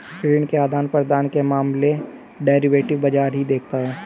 ऋण के आदान प्रदान के मामले डेरिवेटिव बाजार ही देखता है